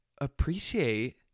appreciate